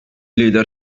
lider